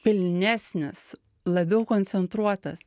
pilnesnis labiau koncentruotas